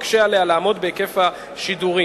המקשה עליה לעמוד בהיקף השידורים.